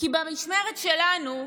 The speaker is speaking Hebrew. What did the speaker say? כי במשמרת שלנו,